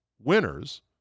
winners